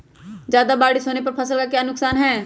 ज्यादा बारिस होने पर फसल का क्या नुकसान है?